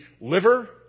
liver